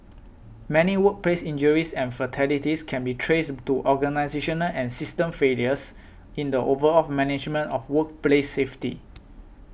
many workplace injuries and fatalities can be traced to organisational and system failures in the overall management of workplace safety